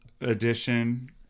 edition